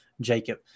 Jacob